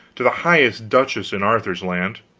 to the highest duchess in arthur's land.